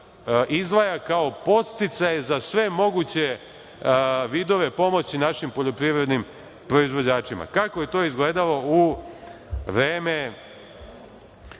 izdvaja kao podsticaj za sve moguće vidove pomoći našim poljoprivrednim proizvođačima. Kako je to izgledalo u vreme